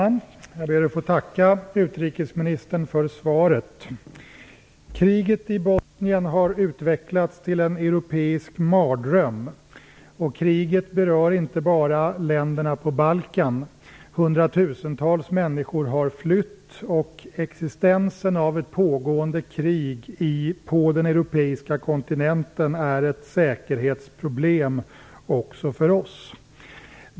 Fru talman! Jag ber att få tacka utrikesministern för svaret. Kriget i Bosnien har utvecklats till en europeisk mardröm. Kriget berör inte bara länderna på Balkan. Hundratusentals människor har flytt, och existensen av ett pågående krig på den europeiska kontinenten är ett säkerhetsproblem också för oss.